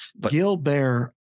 Gilbert